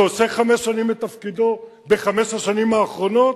שעושה חמש שנים את תפקידו בחמש השנים האחרונות?